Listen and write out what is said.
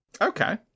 Okay